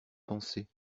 pensé